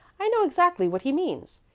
i know exactly what he means.